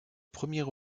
premier